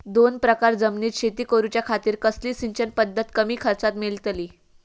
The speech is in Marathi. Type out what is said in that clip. दोन एकर जमिनीत शेती करूच्या खातीर कसली सिंचन पध्दत कमी खर्चात मेलतली?